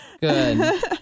good